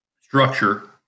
structure